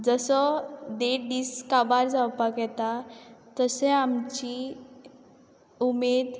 जसो देड दीस काबार जावपाक येता तसे आमची उमेद